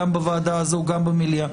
גם בוועדה הזאת וגם במליאה,